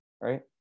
Right